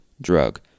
drug